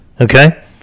okay